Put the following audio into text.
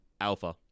alpha